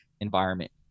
environment